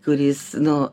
kuris nu